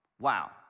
Wow